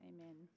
Amen